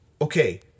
okay